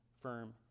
firm